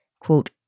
quote